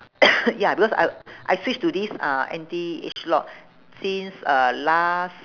ya because I I switch to this uh anti age lock since uh last